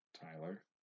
Tyler